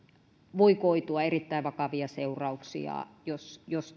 voi koitua erittäin vakavia seurauksia jos jos